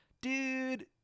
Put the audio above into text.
dude